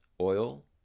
Oil